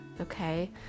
okay